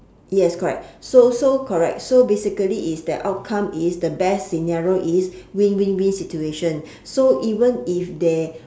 yes correct so so correct so basically is that outcome is the best scenario is win win win situation so even if they